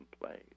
played